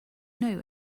know